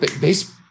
base